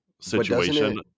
situation